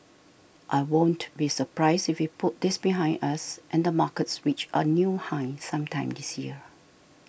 I won't be surprised if we put this behind us and the markets reach a new high sometime this year